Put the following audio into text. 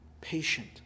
Patient